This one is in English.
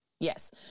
Yes